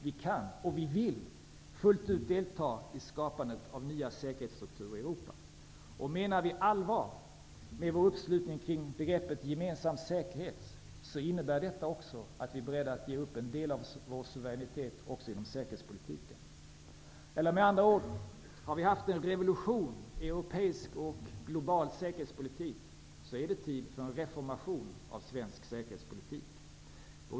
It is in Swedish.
Vi kan och vi vill delta fullt ut i skapandet av nya säkerhetsstrukturer i Europa. Menar vi allvar med vår uppslutning kring begreppet gemensam säkerhet, innebär detta också att vi är beredda att ge upp en del av vår suveränitet även inom säkerhetspolitiken. Eller med andra ord: har vi haft en revolution i europeisk och global säkerhetspolitik, är det tid för en reformation av svensk säkerhetspolitik.